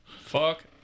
Fuck